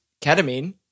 ketamine